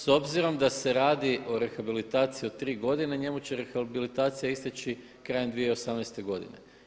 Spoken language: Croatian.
S obzirom da se radi o rehabilitaciji od 3 godine njemu će rehabilitacija isteći krajem 2018. godine.